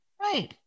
Right